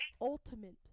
ultimate